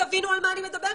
תבינו על מה אני מדברת,